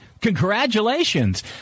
Congratulations